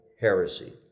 heresy